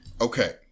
Okay